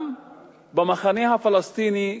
גם במחנה הפלסטיני,